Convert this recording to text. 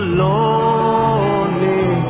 lonely